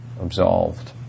absolved